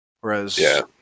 Whereas